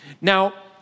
Now